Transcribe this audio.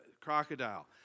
crocodile